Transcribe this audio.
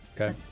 Okay